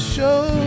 Show